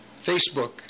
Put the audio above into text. Facebook